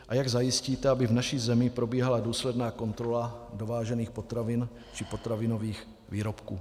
A jak zajistíte, aby v naší zemi probíhala důsledná kontrola dovážených potravin či potravinových výrobků?